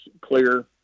clear